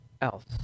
else